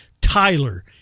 Tyler